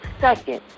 second